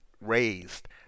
raised